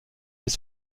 fait